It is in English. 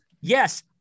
yes